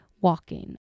walking